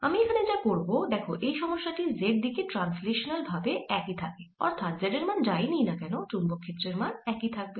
আমি এখানে যা করব দেখো এই সমস্যা টি z দিকে ট্রান্সলেশানাল ভাবে একই থাকে অর্থাৎ আমি z এর মান যাই নিই না কেন চৌম্বক ক্ষেত্রের মান একই থাকবে